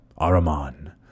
Araman